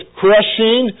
crushing